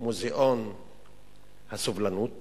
מוזיאון הסובלנות